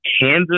Kansas